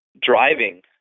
driving